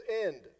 end